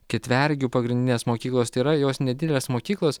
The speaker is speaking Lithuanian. ketvergių pagrindinės mokyklostai yra jos nedidelės mokyklos